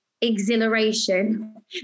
exhilaration